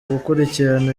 gukurikirana